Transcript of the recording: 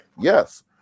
Yes